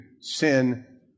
sin